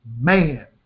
man